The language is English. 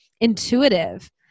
intuitive